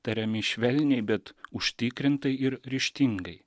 tariami švelniai bet užtikrintai ir ryžtingai